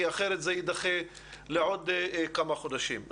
כי אחרת זה יידחה לעוד כמה חודשים.